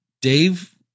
Dave